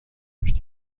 پشت